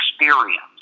experience